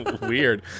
Weird